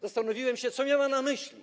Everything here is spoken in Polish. Zastanowiłem się, co miała na myśli.